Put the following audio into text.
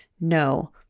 No